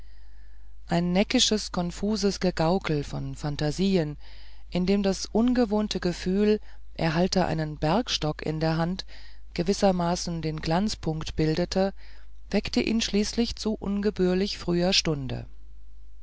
ein neckisches konfuses gegaukel von phantasien in dem das ungewohnte gefühl er halte einen bergstock in der hand gewissermaßen den glanzpunkt bildete weckte ihn schließlich zu ungebührlich früher stunde